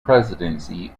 presidency